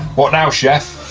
what now chef?